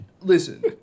listen